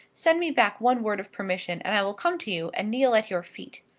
send me back one word of permission, and i will come to you, and kneel at your feet.